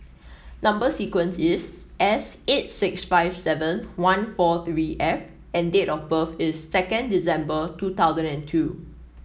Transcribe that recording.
number sequence is S eight six five seven one four three F and date of birth is second December two thousand and two